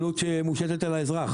זו גם עלות שמושתת על האזרח,